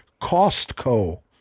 Costco